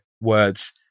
words